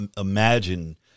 imagine